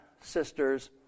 sisters